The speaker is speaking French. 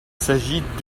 s’agissait